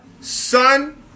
son